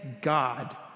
God